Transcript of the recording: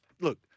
Look